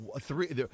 three